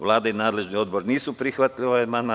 Vlada i nadležni odbor nisu prihvatili amandman.